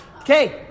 okay